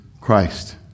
christ